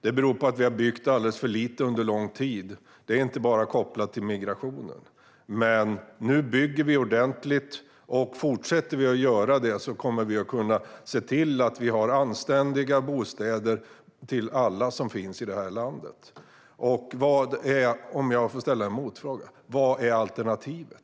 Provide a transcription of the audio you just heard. Det beror på att vi har byggt alldeles för lite under lång tid; det är inte bara kopplat till migrationen. Men nu bygger vi ordentligt, och fortsätter vi att göra det kommer vi att kunna se till att vi har anständiga bostäder till alla som finns här i landet. Jag skulle vilja ställa en motfråga: Vad är alternativet?